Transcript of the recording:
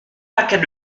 paquets